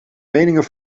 meningen